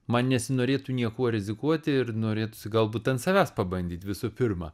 man nesinorėtų niekuo rizikuoti ir norėtųsi galbūt ant savęs pabandyt visų pirma